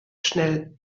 schnell